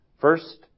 First